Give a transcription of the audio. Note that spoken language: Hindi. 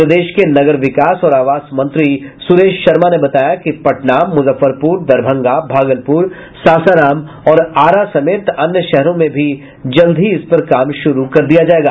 प्रदेश के नगर विकास और आवास मंत्री सुरेश शर्मा ने बताया कि पटना मुजफ्फरपुर दरभंगा भागलपुर सासाराम और आरा समेत अन्य शहरों में भी जल्द ही इस पर काम शुरू कर दिया जायेगा